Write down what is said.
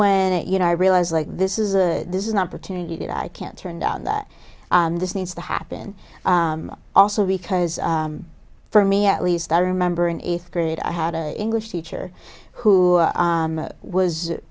when it you know i realized like this is a this is an opportunity that i can turn down that this needs to happen also because for me at least i remember in eighth grade i had an english teacher who was was